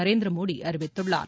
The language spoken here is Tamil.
நரேந்திர மோடி அறிவித்துள்ளார்